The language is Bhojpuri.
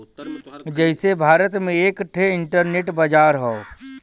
जइसे भारत में एक ठे इन्टरनेट बाजार हौ